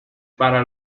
para